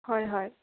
হয় হয়